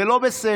זה לא בסדר.